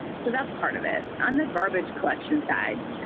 so that's part of it. on the garbage collection side,